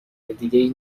دیگهای